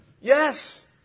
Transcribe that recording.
Yes